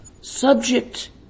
Subject